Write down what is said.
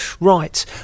Right